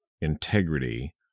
integrity—